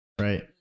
right